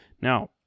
Now